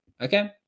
Okay